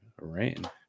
rain